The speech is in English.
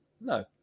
No